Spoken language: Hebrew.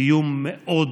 איום מאוד